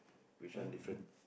which one different